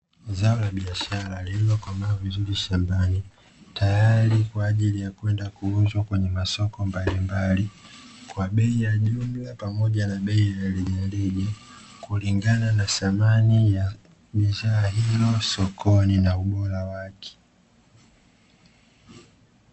Zao la biashara, lililokomaa vizuri shambani tayari kwajili ya kwenda kuuzwa kwenye masoko mbalimbali kwa bei ya jumla pamoja na bei ya rejareja kulingana na thamani ya bidhaa hiyo sokoni na ubora wake.